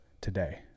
today